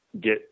get